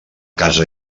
casa